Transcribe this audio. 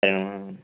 సరే